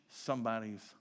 somebody's